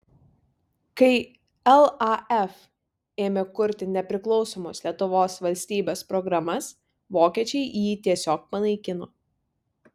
kai laf ėmė kurti nepriklausomos lietuvos valstybės programas vokiečiai jį tiesiog panaikino